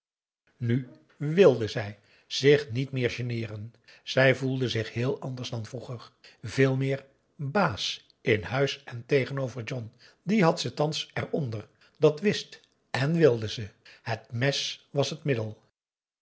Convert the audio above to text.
nu wilde zij zich niet meer geneeren zij voelde zich heel anders dan vroeger veel meer baas in huis en tegenover john dien had ze thans aum boe akar eel eronder dat wist en wilde zij het mes was het middel